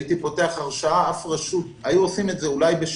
אם הייתי פותח הרשאה, היו עושים את זה אולי בשנה.